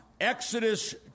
Exodus